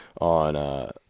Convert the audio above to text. on